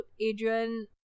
Adrian